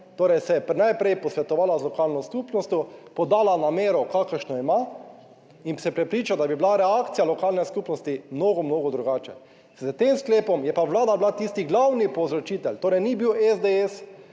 Torej se je najprej posvetovala z lokalno skupnostjo, podala namero, kakršno ima in se prepričal, da bi bila reakcija lokalne skupnosti mnogo, mnogo drugače. S tem sklepom je pa Vlada bila tisti glavni povzročitelj, torej ni bil SDS,